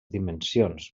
dimensions